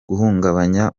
guhungabanya